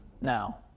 now